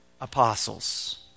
apostles